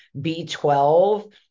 B12